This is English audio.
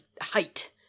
height